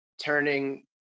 turning